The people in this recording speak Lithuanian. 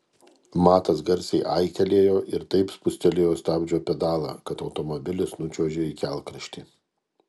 matas garsiai aiktelėjo ir taip spustelėjo stabdžio pedalą kad automobilis nučiuožė į kelkraštį